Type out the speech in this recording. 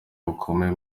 bukomeye